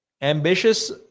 ambitious